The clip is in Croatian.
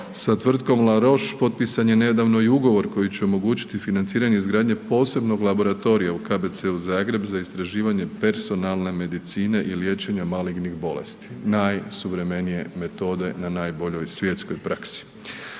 Sa tvrtkom la Roche potpisan je nedavno i ugovor koji će omogućiti financiranje izgradnje posebnog laboratorija u KBC-u Zagreb za istraživanje personalne medicine i liječenje malignih bolesti, najsuvremenije metode na najboljoj svjetskoj praksi.